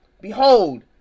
Behold